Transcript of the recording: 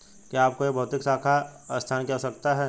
क्या आपको एक भौतिक शाखा स्थान की आवश्यकता है?